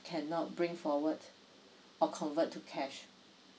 cannot bring forward or convert to cash